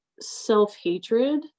self-hatred